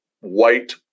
white